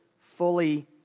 fully